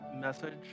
message